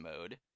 mode